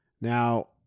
Now